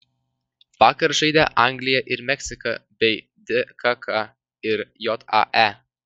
vakar žaidė anglija ir meksika bei dkk ir jae